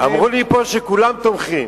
אמרו לי פה שכולם תומכים.